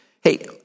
Hey